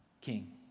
King